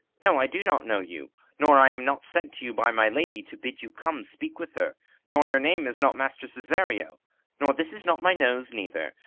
no, i do not know you nor i am not sent to you by my lady, to bid you come speak with her nor your name is not master cesario nor this is not my nose neither.